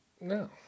No